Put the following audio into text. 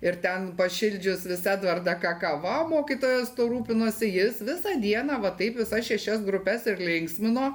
ir ten pašildžius vis edvardą kakava mokytojos tuo rūpinosi jis visą dieną va taip visas šešias grupes ir linksmino